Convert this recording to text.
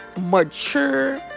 mature